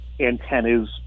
antennas